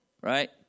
right